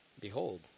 Behold